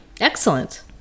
Excellent